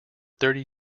thirty